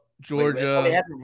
georgia